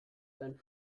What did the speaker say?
dein